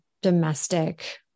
domestic